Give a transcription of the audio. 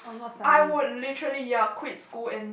I would literally ya quit school and